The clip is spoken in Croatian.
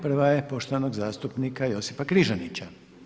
Prva je poštovanog zastupnika Josipa Križanića.